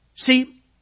See